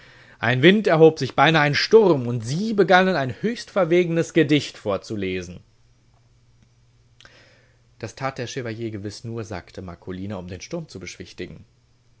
ein wind erhob sich beinahe ein sturm und sie begannen ein höchst verwegenes gedicht vorzulesen das tat der chevalier gewiß nur sagte marcolina um den sturm zu beschwichtigen